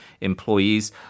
employees